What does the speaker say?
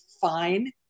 fine